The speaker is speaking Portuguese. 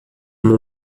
uma